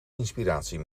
inspiratie